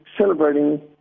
celebrating